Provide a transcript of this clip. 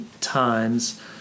times